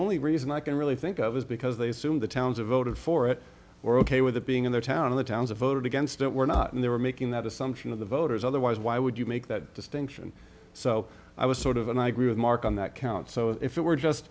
only reason i can really think of is because they assume the towns of voted for it or ok with it being in their town the towns of voted against it were not and they were making that assumption of the voters otherwise why would you make that distinction so i was sort of and i agree with mark on that count so if it were just